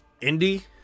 Indy